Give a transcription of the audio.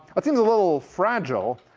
it seems a little fragile,